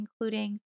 including